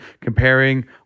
comparing